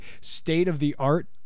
state-of-the-art